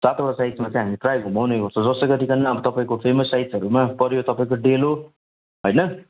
सातवटा साइडमा चाहिँ प्रायः घुमाउने गर्छौँ जसो गरिकन अब तपाईँको फेमस साइडहरूमा पऱ्यो तपाईँको डेलो होइन